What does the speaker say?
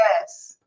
Yes